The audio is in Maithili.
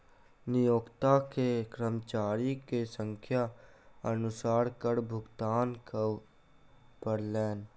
नियोक्ता के कर्मचारी के संख्या अनुसार कर भुगतान करअ पड़लैन